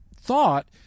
thought